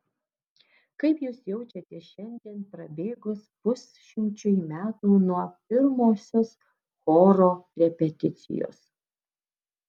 kaip jūs jaučiatės šiandien prabėgus pusšimčiui metų nuo pirmosios choro repeticijos